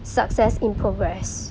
success in progress